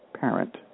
parent